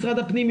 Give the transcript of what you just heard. משרד הפנים,